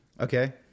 Okay